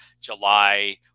July